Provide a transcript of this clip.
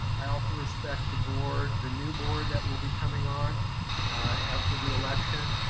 i also respect the board, the new board that will be coming on after the election.